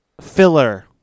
filler